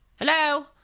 Hello